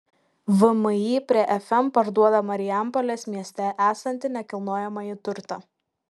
vmi prie fm parduoda marijampolės mieste esantį nekilnojamąjį turtą